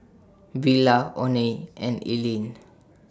Willa Oney and Ellyn